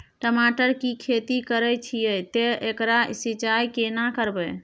टमाटर की खेती करे छिये ते एकरा सिंचाई केना करबै?